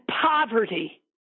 poverty